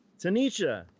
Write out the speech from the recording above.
Tanisha